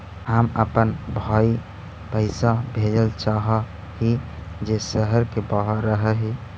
हम अपन भाई पैसा भेजल चाह हीं जे शहर के बाहर रह हे